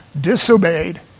disobeyed